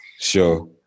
Sure